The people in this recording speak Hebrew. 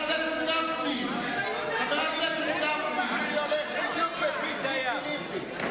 אני הולך בדיוק לפי ציפי לבני,